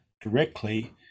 directly